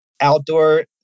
outdoor